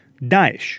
Daesh